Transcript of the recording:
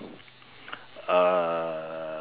uh